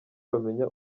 bamenya